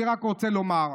אני רק רוצה לומר,